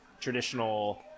traditional